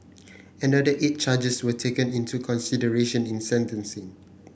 another eight charges were taken into consideration in sentencing